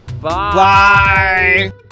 Bye